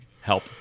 help